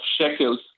shekels